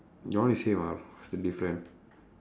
all is same [what] to be frank